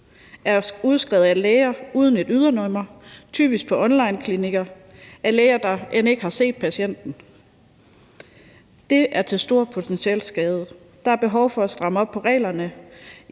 er udskrevet af læger uden et ydernummer, typisk på onlineklinikker af læger, der end ikke har set patienten. Det er til stor potentiel skade. Der er behov for at stramme op på reglerne,